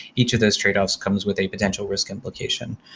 each of those trade-offs comes with a potential risk implication.